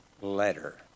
letter